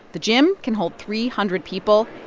the gym can hold three hundred people.